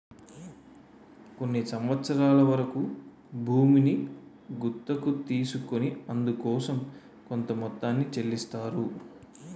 కొన్ని సంవత్సరాల వరకు భూమిని గుత్తకు తీసుకొని అందుకోసం కొంత మొత్తాన్ని చెల్లిస్తారు